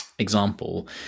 example